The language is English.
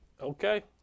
Okay